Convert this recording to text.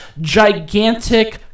gigantic